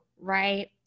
Right